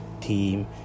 team